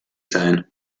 sein